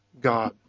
God